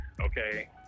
okay